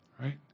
right